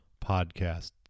Podcast